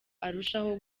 arushaho